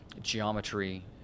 geometry